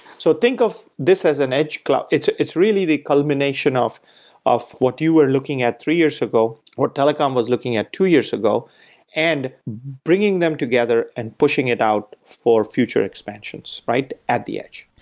so think of this as an edge cloud. it's it's really the culmination of of what you were looking at three years ago where telecom was looking at two years ago and bringing them together and pushing it out for future expansions at the edge.